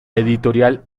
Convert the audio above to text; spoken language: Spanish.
editorial